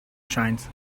shines